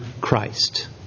Christ